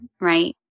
right